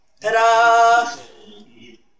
Ta-da